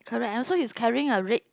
correct also he's carrying a red